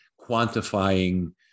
quantifying